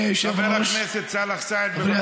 חבר הכנסת סאלח סעד, בבקשה.